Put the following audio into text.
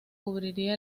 cubría